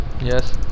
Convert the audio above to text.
yes